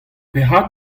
perak